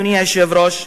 אדוני היושב-ראש,